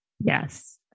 Yes